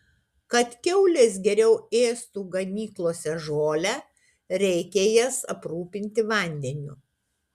kad kiaulės geriau ėstų ganyklose žolę reikia jas aprūpinti vandeniu